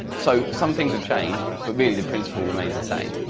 so, some things have changed, but really the principle remains the same.